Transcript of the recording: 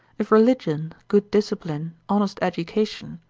if religion, good discipline, honest education,